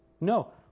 No